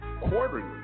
quarterly